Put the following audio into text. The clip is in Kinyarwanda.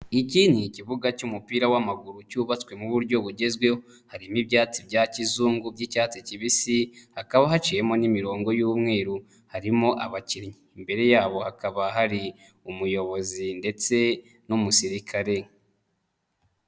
Iki ni ikibuga cy'umupira w'amaguru cyubatswe mu buryo bugezweho, harimo ibyatsi bya kizungu by'icyatsi kibisi, hakaba haciyemo n'imirongo y'umweru, harimo abakinnyi, imbere yabo hakaba hari umuyobozi ndetse n'umusirikare.